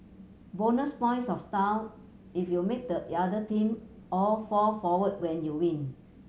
bonus points of style if you make the other team all fall forward when you win